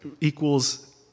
equals